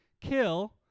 kill